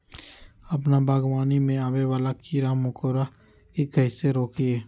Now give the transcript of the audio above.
अपना बागवानी में आबे वाला किरा मकोरा के कईसे रोकी?